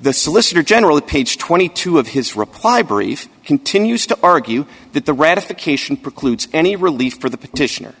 the solicitor general of page twenty two of his reply brief continues to argue that the ratification precludes any relief for the petition